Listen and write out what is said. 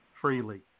freely